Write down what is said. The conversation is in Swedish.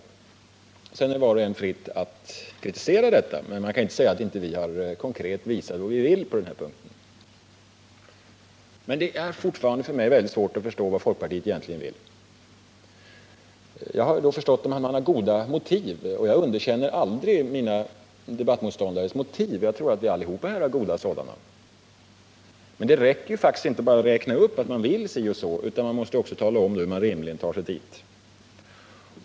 Sedan står det var och en fritt att kritisera våra förslag, men man kan inte säga att vi inte konkret visat vad vi vill på den här punkten. Däremot är det fortfarande mycket svårt för mig att förstå vad folkpartiet egentligen vill. Jag har förstått att man har goda motiv. Jag underkänner aldrig mina debattmotståndares motiv — jag tror att vi allesammans har goda sådana. Men det räcker faktiskt inte att bara säga att man vill si och så, utan man måste rimligen också tala om hur man skall ta sig till målet.